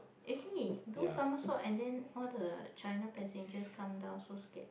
really do somersault and then all the China passengers come down so scared